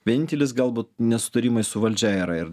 vienintelis galbūt nesutarimai su valdžia yra ir